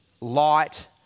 light